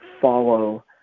follow